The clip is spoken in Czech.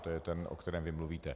To je ten, o kterém vy mluvíte.